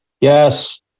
Yes